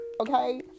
okay